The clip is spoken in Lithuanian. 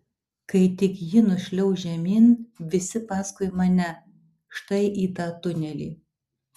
kai tik ji nušliauš žemyn visi paskui mane štai į tą tunelį